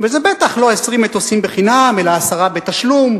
וזה בטח לא 20 מטוסים בחינם, אלא עשרה בתשלום,